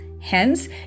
Hence